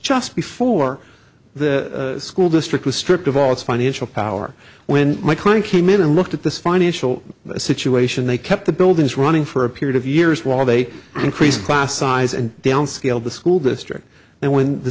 just before the school district was stripped of all its financial power when my client came in and looked at this financial situation they kept the buildings running for a period of years while they increased class size and downscaled school district and when the